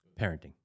Parenting